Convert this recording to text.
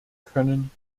können